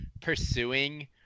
pursuing